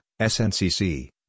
SNCC